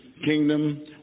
kingdom